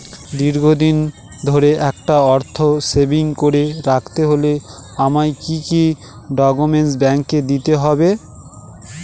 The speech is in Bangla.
দীর্ঘদিন ধরে একটা অর্থ সেভিংস করে রাখতে হলে আমায় কি কি ডক্যুমেন্ট ব্যাংকে দিতে হবে?